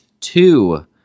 two